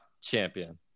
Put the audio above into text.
champion